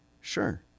Sure